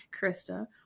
Krista